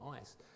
ice